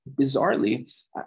bizarrely